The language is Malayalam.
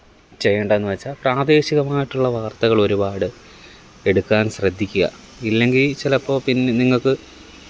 ചെയ്യേണ്ടത് എന്ന് വെച്ചാൽ പ്രാദേശികമായിട്ട് ഉള്ള വാര്ത്തകളൊരുപാട് എടുക്കാന് ശ്രദ്ധിക്കുക ഇല്ലെങ്കില് ചിലപ്പോൾ പിന്നെ നിങ്ങൾക്ക്